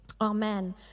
Amen